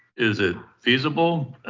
is it feasible?